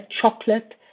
chocolate